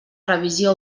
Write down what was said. revisió